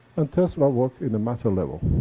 and tesla worked in the matter level.